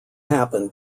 happened